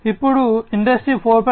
ఇప్పుడు ఇండస్ట్రీ 4